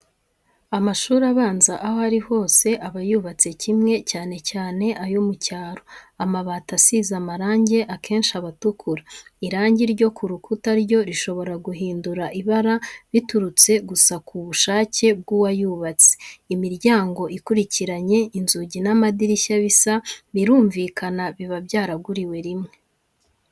Amashuri abanza aho ari hose aba yubatse kimwe cyane cyane ayo mu cyaro, amabati asize amarangi akenshi aba atukura, irangi ryo ku rukuta ryo rishobora guhindura ibara biturutse gusa ku bushake bw'uwayubatse, imiryango ikurikiranye, inzugi n'amadirishya bisa, birumvikana biba byaraguriwe rimwe.